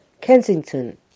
kensington